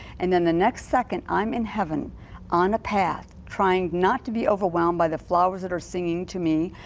and then then next second i am in heaven on a path trying not to be overwhelmed by the flowers that are singing to me.